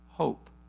hope